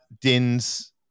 Din's